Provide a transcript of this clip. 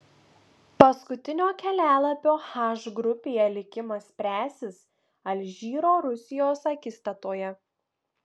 paskutinio kelialapio h grupėje likimas spręsis alžyro rusijos akistatoje